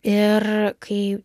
ir kai